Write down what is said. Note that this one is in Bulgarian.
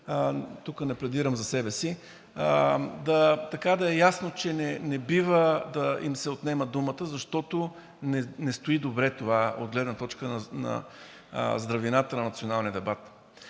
тук не пледирам за себе си, така да е ясно, че не бива да им се отнема думата, защото не стои добре това от гледна точка на здравината на националния дебат.